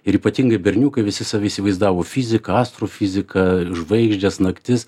ir ypatingai berniukai visi save įsivaizdavo fiziką astrofiziką žvaigždės naktis